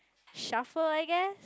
shuffle I guess